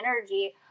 energy